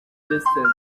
distance